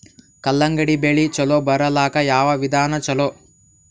ಕಲ್ಲಂಗಡಿ ಬೆಳಿ ಚಲೋ ಬರಲಾಕ ಯಾವ ವಿಧಾನ ಚಲೋ?